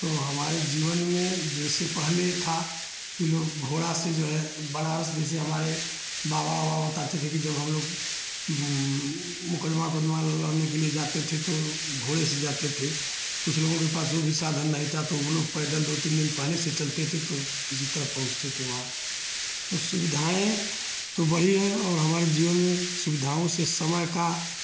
तो हमारे जीवन में जैसे पहले था कि लोग घोड़ा से जो है बनारस जैसे हमारे बाबा बाबा बताते थे कि जब हमलोग मुकदमा उकदमा लड़ने के लिए जाते थे तो घोड़े से जाते थे कुछ लोगों के पास वह भी साधन नहीं था तो वह लोग पैदल दो तीन दिन पहले से चलते थे तो किसी तरह पहुँचते थे वहाँ तो सुविधाएँ तो बढ़ी हैं और हमारे जीवन में सुविधाओं से समय का